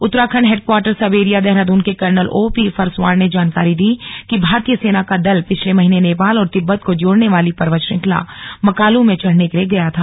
Uttarakhand headquarter sub area Dehradun के colonel O P Farswan ने जानकारी दी कि भारतीय सेना का दल पिछले महीने नेपाल और तिब्बत को जोड़ने वाली पर्वत श्रंखला मकालू में चढ़ने के लिए गया था